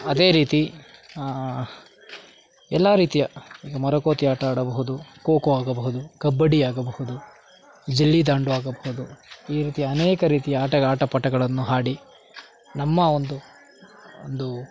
ಅದೇ ರೀತಿ ಎಲ್ಲ ರೀತಿಯ ಈಗ ಮರಕೋತಿ ಆಟ ಆಡಬಹುದು ಖೋ ಖೋ ಆಗಬಹುದು ಕಬಡ್ಡಿ ಆಗಬಹುದು ಗಿಲ್ಲಿದಾಂಡು ಆಗಬಹುದು ಈ ರೀತಿಯ ಅನೇಕ ರೀತಿಯ ಆಟ ಆಟ ಪಾಠಗಳನ್ನು ಆಡಿ ನಮ್ಮ ಒಂದು ಒಂದು